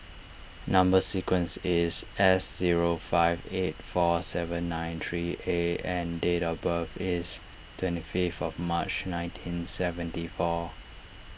Number Sequence is S zero five eight four seven nine three A and date of birth is twenty fifth of March nineteen seventy four